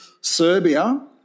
Serbia